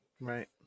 Right